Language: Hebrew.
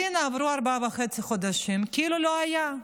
והינה, עברו ארבעה וחצי חודשים, כאילו לא היה.